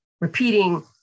repeating